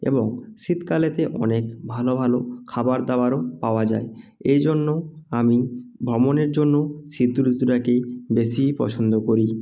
এবং শীতকালেতে অনেক ভালো ভালো খাবার দাবারও পাওয়া যায় এই জন্য আমি ভ্রমণের জন্য শীত ঋতুটাকেই বেশিই পছন্দ করি